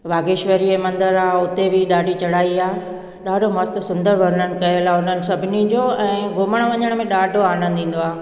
बागेश्वरीअ मंदरु आहे हुते बि ॾाढी चढ़ाई आहे ॾाढो मस्तु सुंदरु वर्णन कयल आहे हुननि सभिनी जो ऐं घुमण वञण में ॾाढो आनंंदु ईंदो आहे